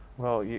well, yeah